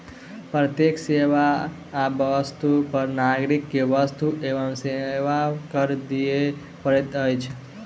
प्रत्येक सेवा आ वस्तु पर नागरिक के वस्तु एवं सेवा कर दिअ पड़ैत अछि